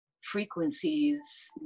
frequencies